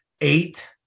eight